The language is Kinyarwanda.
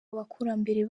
abakurambere